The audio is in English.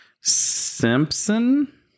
Simpson